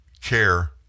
Care